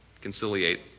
conciliate